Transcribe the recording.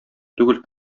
түгел